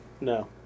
No